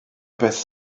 beth